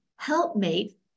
helpmate